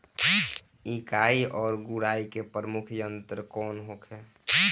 निकाई और गुड़ाई के प्रमुख यंत्र कौन होखे?